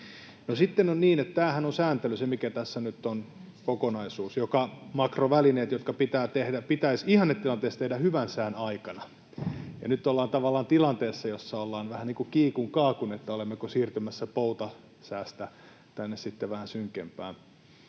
sitten on niin, että tämähän on sääntely — se, mikä tässä nyt on kokonaisuus, makrovälineet — joka pitäisi ihannetilanteessa tehdä hyvän sään aikana. Nyt ollaan tavallaan tilanteessa, jossa ollaan vähän niin kun kiikun kaakun: olemmeko siirtymässä poutasäästä sitten vähän synkempään.